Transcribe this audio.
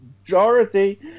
majority